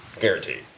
Guaranteed